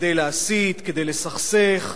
כדי להסית, כדי לסכסך,